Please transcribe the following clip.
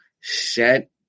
set